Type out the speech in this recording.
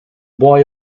boy